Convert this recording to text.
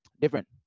Different